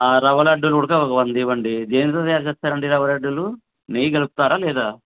ఆ రవ్వ లడ్లు కూడితే ఒక వంద ఇవ్వండి దేనితో తయారు చేస్తాఋ అండి రవ్వ లడ్లు నెయ్యి కలుపుతారా లేదా